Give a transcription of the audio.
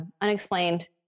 unexplained